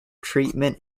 treatment